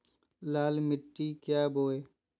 लाल मिट्टी क्या बोए?